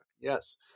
Yes